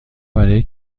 برای